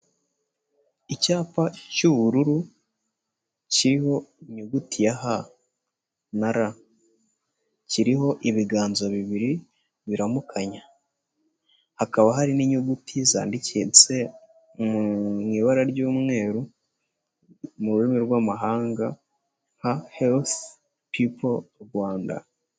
Icyapa cy'ubururu kiriho inyuguti ya ha na ra kiriho ibiganza bibiri biramukanya, hakaba hari n'inyuguti zandikitse mu ibara ry'umweru mu rurimi rw'amahanga nka health people Rwanda.